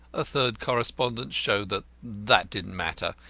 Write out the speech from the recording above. a third correspondent showed that that didn't matter,